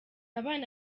abana